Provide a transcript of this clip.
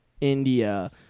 india